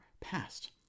past